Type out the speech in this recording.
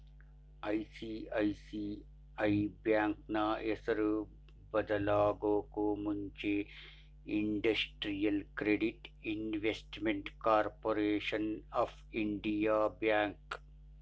ICICI ಬ್ಯಾಂಕ್ನ ಹೆಸರು ಬದಲಾಗೂ ಮುಂಚೆ industrial credit investment corporation of India bank